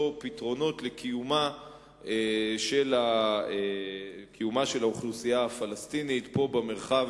פתרונות לקיומה של האוכלוסייה הפלסטינית פה במרחב